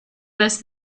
best